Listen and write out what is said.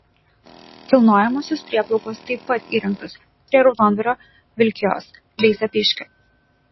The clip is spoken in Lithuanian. kilnojamosios prieplaukos taip pat įrengtos prie raudondvario vilkijos bei zapyškio